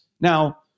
Now